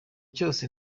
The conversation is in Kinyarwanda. cyose